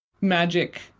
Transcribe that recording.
magic